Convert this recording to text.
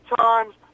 times